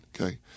Okay